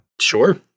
Sure